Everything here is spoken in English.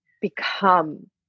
become